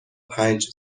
پنج